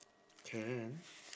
can